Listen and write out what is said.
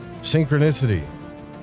synchronicity